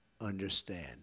understand